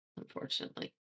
unfortunately